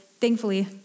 Thankfully